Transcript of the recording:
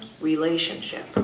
relationship